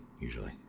usually